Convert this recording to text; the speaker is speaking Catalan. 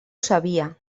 sabia